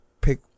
pick